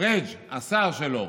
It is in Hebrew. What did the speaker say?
פריג', השר שלו,